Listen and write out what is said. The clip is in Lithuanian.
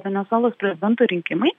venesuelos prezidento rinkimai